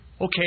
Okay